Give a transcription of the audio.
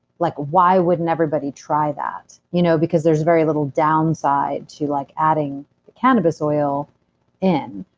like, why wouldn't everybody try that? you know because there's very little downside to like adding cannabis oil in.